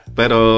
pero